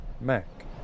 Mac